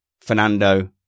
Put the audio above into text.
Fernando